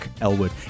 Elwood